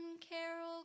Carol